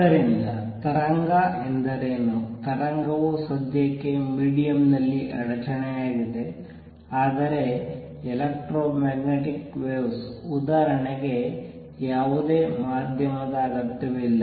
ಆದ್ದರಿಂದ ತರಂಗ ಎಂದರೆ ಎನು ತರಂಗವು ಸದ್ಯಕ್ಕೆ ಮೀಡಿಯಮ್ ನಲ್ಲಿ ಅಡಚಣೆಯಾಗಿದೆ ಆದರೆ ಎಲೆಕ್ಟ್ರೋಮ್ಯಾಗ್ನೆಟಿಕ್ ವೇವ್ಸ್ ಉದಾಹರಣೆಗೆ ಯಾವುದೇ ಮಾಧ್ಯಮದ ಅಗತ್ಯವಿಲ್ಲ